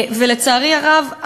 לצערי הרב,